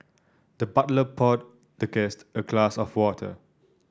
the butler poured the guest a glass of water